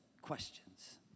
questions